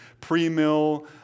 pre-mill